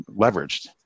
leveraged